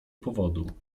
powodu